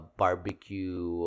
barbecue